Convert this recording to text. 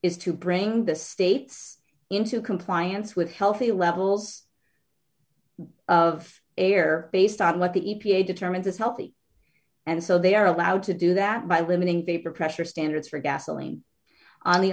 is to bring the states into compliance with healthy levels of air based on what the e p a determines is healthy and so they are allowed to do that by limiting vapor pressure standards for gasoline on the